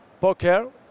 poker